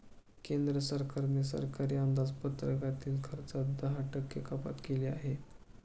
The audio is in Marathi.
केंद्र सरकारने सरकारी अंदाजपत्रकातील खर्चात दहा टक्के कपात केली आहे